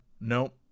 Nope